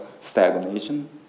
stagnation